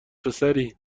پسری